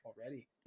already